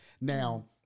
Now